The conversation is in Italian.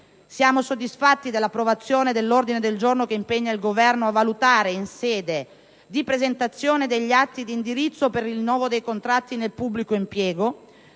Siamo soddisfatti dell'approvazione dell'ordine del giorno che impegna il Governo a valutare, in sede di presentazione degli atti di indirizzo per il rinnovo dei contratti nel pubblico impiego,